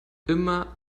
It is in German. immer